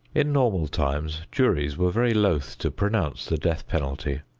in normal times juries were very loath to pronounce the death penalty.